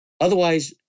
Otherwise